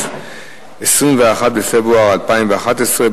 21 בפברואר 2011,